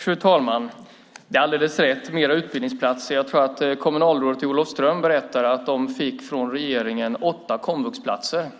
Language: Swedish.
Fru talman! Det är alldeles rätt: flera utbildningsplatser. Kommunalrådet i Olofström berättade att de fick åtta komvuxplatser